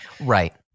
right